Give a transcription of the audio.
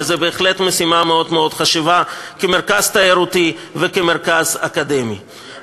וזאת בהחלט משימה מאוד מאוד חשובה: כמרכז תיירותי וכמרכז אקדמי.